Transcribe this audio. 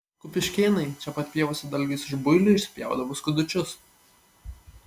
kupiškėnai čia pat pievose dalgiais iš builių išsipjaudavo skudučius